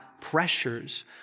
pressures